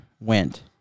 went